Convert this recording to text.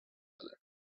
other